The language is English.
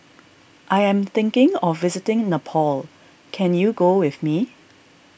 I am thinking of visiting Nepal can you go with me